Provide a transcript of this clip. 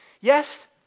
yes